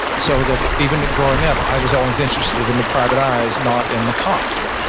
so that even if growing up i was always interested in the private eyes, not in the cops.